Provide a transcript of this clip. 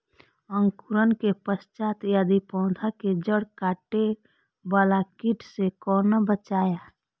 अंकुरण के पश्चात यदि पोधा के जैड़ काटे बाला कीट से कोना बचाया?